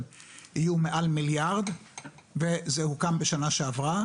יהיו מעל מיליארד וזה הוקם בשנה שעברה,